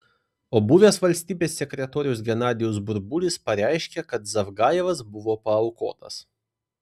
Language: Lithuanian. o buvęs valstybės sekretorius genadijus burbulis pareiškė kad zavgajevas buvo paaukotas